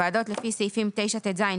ועדות לפי סעיפים 9טז,